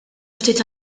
ftit